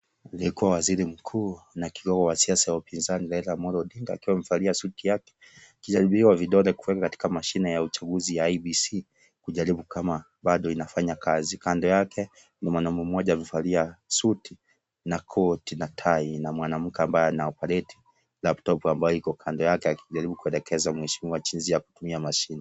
Aliyekua waziri mkuu na kigogo wa siasa za upinzani, Raila Amolo Odinga, akiwa amevalia suti yake akijaribiwa vidole katika mashine ya uchaguzi ya IEBC kujaribu kama bado inafanya kazi. Kando yake kuna mwanaume mmoja amevalia suti na koti na tai na mwanamke ambaye anaoperate laptop ambayo iko kando yake akijaribu kuelekeza mheshimiwa jinsi ya kutumia mashine.